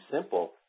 simple